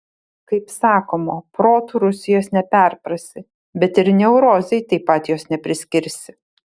kaip sakoma protu rusijos neperprasi bet ir neurozei taip pat jos nepriskirsi